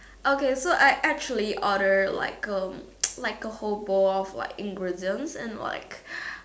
okay so I actually ordered like um like a whole bowl of like ingredients and like